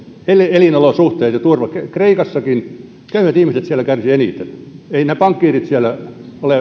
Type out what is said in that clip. elinolosuhteet ja turva kreikassakin köyhät ihmiset kärsivät eniten eivät ne pankkiirit ole siellä